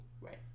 Right